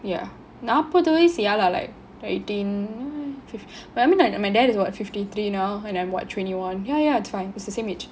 yeah now pathways ya lah like eighteen fifty but mean I know my dad is about fifty three you know and then what twentyaeyah yeah it's fine it's the same age